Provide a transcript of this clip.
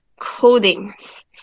codings